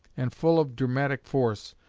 and full of dramatic force,